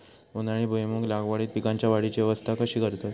उन्हाळी भुईमूग लागवडीत पीकांच्या वाढीची अवस्था कशी करतत?